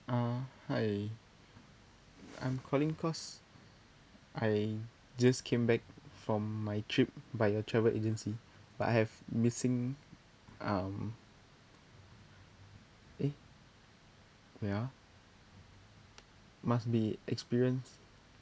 err hi I'm calling because I just came back from my trip by your travel agency but I have missing um eh wait ah must be experience